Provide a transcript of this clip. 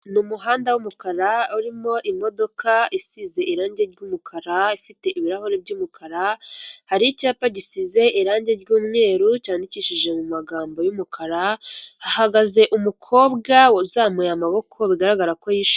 Ni umuhanda w'umukara urimo imodoka isize irangi ry'umukara ifite ibirahuri by'umukara, hari icyapa gisize irangi ry'umweru cyandikishije mu magambo y'umukara hagaze umukobwa uzamuye amaboko bigaragara ko yishimye.